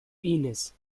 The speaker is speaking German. inis